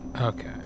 okay